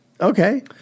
Okay